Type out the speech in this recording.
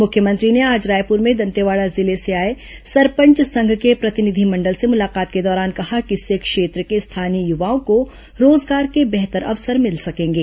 मुख्यमंत्री ने आज रायपुर में दंतेवाडा जिले से आए सरपंच संघ के प्रतिनिधिमंडल से मुलाकात के दौरान कहा कि इससे क्षेत्र के स्थानीय युवाओं को रोजगार के बेहतर अवसर मिल सकेंगे